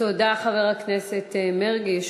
תודה, חבר הכנסת מרגי.